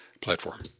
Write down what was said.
platform